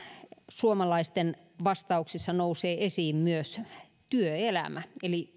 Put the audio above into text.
suomalaisten vastauksissa nousee esiin myös työelämä